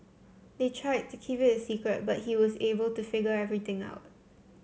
they tried to keep it a secret but he was able to figure everything out